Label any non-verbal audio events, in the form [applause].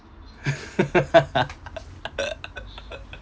[laughs]